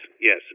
yes